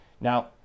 Now